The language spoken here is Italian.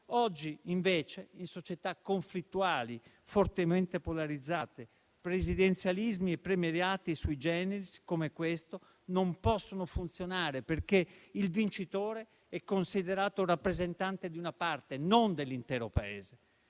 oggi invece in società conflittuali fortemente polarizzate, presidenzialismi e premierati *sui generis* come questo non possono funzionare perché il vincitore è considerato un rappresentante di una parte, non dell'intero Paese.